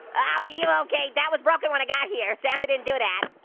ah yeah ah okay, that was broken when i got here, santa didn't do that.